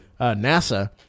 NASA